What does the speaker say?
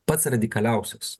pats radikaliausias